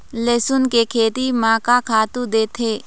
लेसुन के खेती म का खातू देथे?